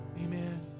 Amen